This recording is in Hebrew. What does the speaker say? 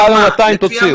מעל 200, תוציאו.